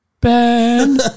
Ben